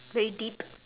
very deep